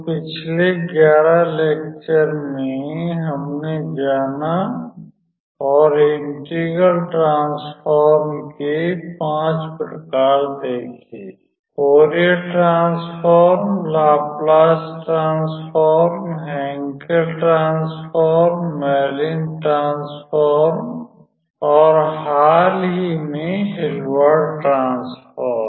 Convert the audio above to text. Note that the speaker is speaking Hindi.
तो पिछले 11 लेक्चर में हमने जाना और इंटीग्रल ट्रांसफ़ॉर्म के 5 प्रकार देखे Fourier transform Laplace transform Hankel transform Mellin transform और हाल ही में हिल्बर्ट ट्रांसफॉर्म